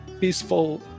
peaceful